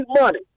money